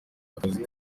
akazi